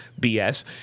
BS